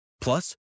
Plus